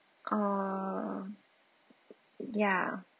oh ya